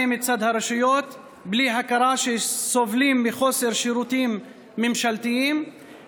מצד הרשויות וסובלים מחוסר שירותים ממשלתיים,